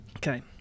Okay